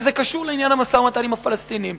וזה קשור לעניין המשא-ומתן עם הפלסטינים,